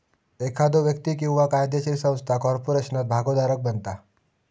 एखादो व्यक्ती किंवा कायदोशीर संस्था कॉर्पोरेशनात भागोधारक बनता